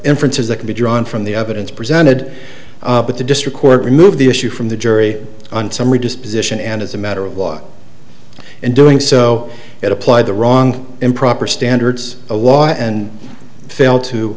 inferences that can be drawn from the evidence presented but the district court removed the issue from the jury on summary disposition and as a matter of law in doing so it applied the wrong improper standards a law and failed to